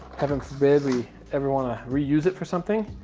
heaven forbid we ever want to reuse it for something.